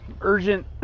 urgent